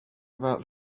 about